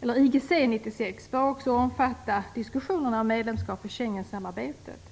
1996 bör också omfatta diskussionerna om medlemskap i Schengensamarbetet.